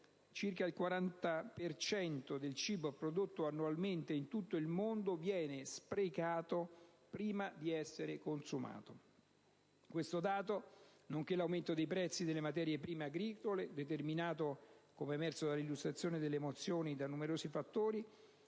per cento del cibo prodotto annualmente in tutto il mondo viene sprecato prima di essere consumato. Questo dato, nonché l'aumento dei prezzi delle materie prime agricole (determinato, come è emerso durante l'illustrazione delle mozioni, da numerosi fattori)